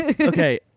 okay